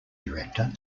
director